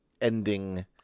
ending